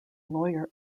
lawyer